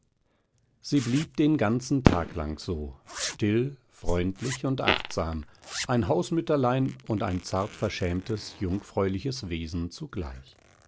sie blieb den ganzen tag lang so still freundlich und achtsam ein hausmütterlein und ein zart verschämtes jungfräuliches wesen zugleich